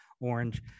orange